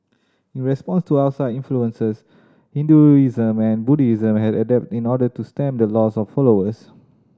in response to outside influences Hinduism and Buddhism had to adapt in order to stem the loss of followers